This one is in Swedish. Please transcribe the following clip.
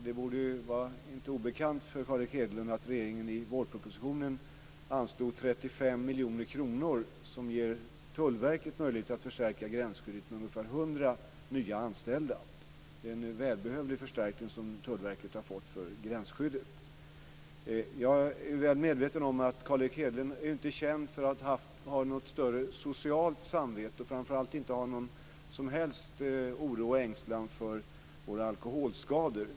Det borde inte vara helt obekant för Carl Erik Hedlund att regeringen redan i vårpropositionen anslog 35 miljoner kronor som ger Tullverket möjlighet att stärka gränsskyddet med ungefär 100 nya anställda. Det är en välbehövlig förstärkning av gränsskyddet som Tullverket har fått. Jag är väl medveten om att Carl Erik Hedlund inte är känd för att ha något större socialt samvete, framför allt har han inte någon som helst oro och ängslan för våra alkoholskador.